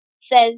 says